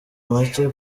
make